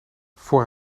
voor